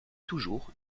toujours